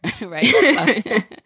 right